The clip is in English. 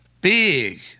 big